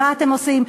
מה אתם עושים?